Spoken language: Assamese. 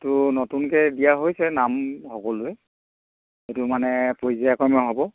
এইটো নতুনকৈ দিয়া হৈছে নাম সকলোৱে সেইটো মানে পৰ্যায়ক্ৰমে হ'ব